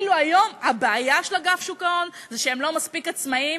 כאילו היום הבעיה של אגף שוק ההון היא שהם לא מספיק עצמאים,